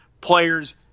Players